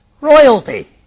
Royalty